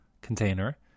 container